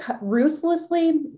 ruthlessly